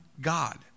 God